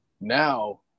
now